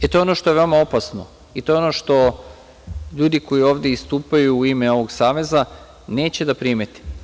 E, to je ono što je veoma opasno i to je ono što ljudi koji ovde istupaju u ime ovog saveza neće da primete.